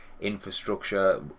infrastructure